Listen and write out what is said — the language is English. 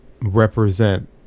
represent